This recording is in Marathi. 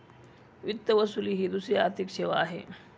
वित्त वसुली ही दुसरी आर्थिक सेवा आहे